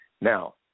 Now